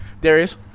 darius